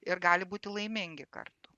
ir gali būti laimingi kartu